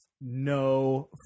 No